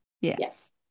Yes